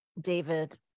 David